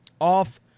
Off